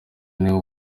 niwe